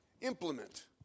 implement